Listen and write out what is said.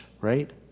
right